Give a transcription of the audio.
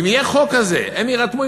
אם יהיה חוק כזה הם יירתמו,